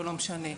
או לא משנה מה,